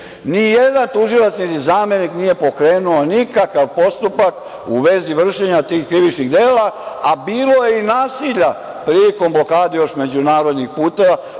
jedan tužilac niti zamenik nije pokrenuo nikakav postupak u vezi vršenja tih krivičnih dela, a bilo je i nasilja prilikom blokade još međunarodnih puteva,